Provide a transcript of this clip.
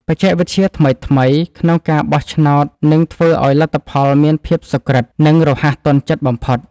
បច្ចេកវិទ្យាថ្មីៗក្នុងការបោះឆ្នោតនឹងធ្វើឱ្យលទ្ធផលមានភាពសុក្រឹត និង រហ័សទាន់ចិត្តបំផុត។